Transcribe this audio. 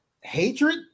hatred